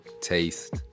taste